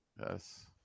Yes